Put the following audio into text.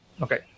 Okay